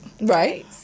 Right